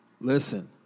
Listen